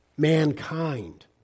Mankind